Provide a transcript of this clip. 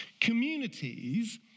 Communities